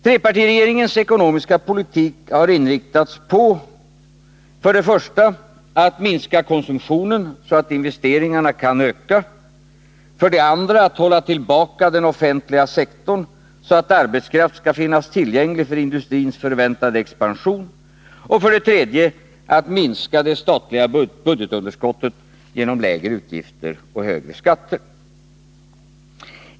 Trepartiregeringens ekonomiska politik har inriktats på för det första att minska konsumtionen, så att investeringarna kan öka, för det andra att hålla tillbaka den offentliga sektorn, så att arbetskraft skall finnas tillgänglig för industrins förväntade expansion, och för det tredje att genom lägre utgifter och höjda skatter minska det statliga budgetunderskottet.